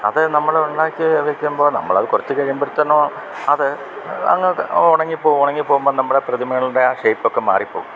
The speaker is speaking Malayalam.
അത് നമ്മൾ ഉണ്ടാക്കി വെക്കുമ്പോൾ നമ്മളത് കുറച്ച് കഴിയ്മ്പത്തെന്നെ അത് അങ്ങ് ഉണങ്ങി പോവും ഉണങ്ങി പോവുമ്പ നമ്മടെ പ്രതിമകള്ടെ ആ ഷേപ്പൊക്കെ മാറിപ്പോകും